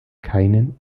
keinen